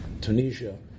Tunisia